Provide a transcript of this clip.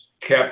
kept